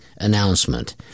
announcement